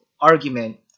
argument